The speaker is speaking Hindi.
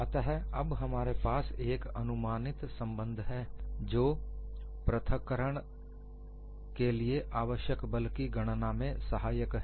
अतः अब हमारे पास एक अनुमानित संबंध है जो पृथक्करण के लिए आवश्यक बल की गणना में सहायक है